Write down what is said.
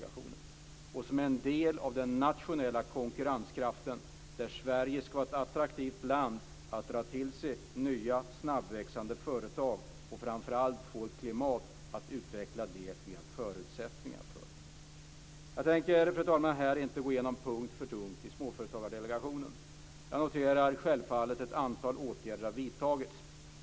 Denna bransch är en del av den nationella konkurrenskraften där Sverige ska vara ett attraktivt land för att dra till sig nya snabbväxande företag och framför allt för att få ett klimat för att utveckla det vi har förutsättningar för. Jag tänker här, fru talman, inte gå igenom Småföretagsdelegationen punkt för punkt. Jag noterar självfallet att ett antal åtgärder har vidtagits.